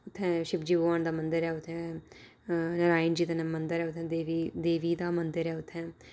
उत्थै शिव जी भगवान दा मंदर ऐ उत्थै नारायण जी दा मंदर ऐ उत्थ देवी देवी दा मंदर ऐ उत्थै